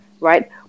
right